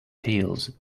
heels